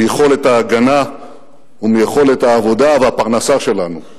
מיכולת ההגנה ומיכולת העבודה והפרנסה שלנו.